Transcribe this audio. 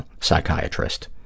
psychiatrist